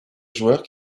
joueurs